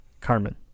Carmen